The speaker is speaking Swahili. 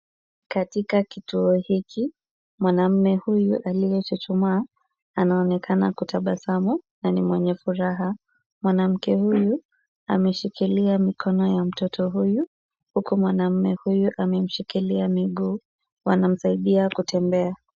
Katika kituo hiki, mwanamume huyu aliye chuchumaa, anaonekana kutabasamu na ni mwenye furaha. Mwanamke huyu ameshikilia mikono ya mtoto huyu, huku mwanamume huyu amemshikilia miguu. Wanamsaidia kutembea.